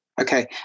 Okay